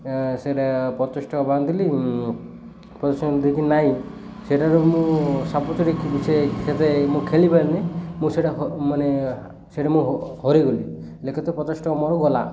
ସେଟା ପଚାଶ ଟଙ୍କା ବାନ୍ଧିଦେଲି ପଚାଶ୍ ଦେଇକି ନାଇଁ ସେଟାରୁ ମୁଁ ସାପଶିଢ଼ି ସେତେ ମୁଁ ଖେଲି ପାରିନି ମୁଁ ସେଟା ମାନେ ସେଟା ମୁଁ ହାରିଗଲି ଏକ୍ରେତ ପଚାଶ୍ ଟଙ୍କା ମୋର ଗଲା